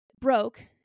broke